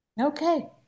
Okay